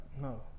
No